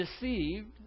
deceived